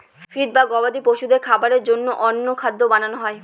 feed বা গবাদি পশুদের খাবারের জন্য অন্য খাদ্য বানানো হয়